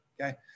Okay